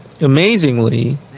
amazingly